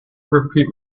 repeat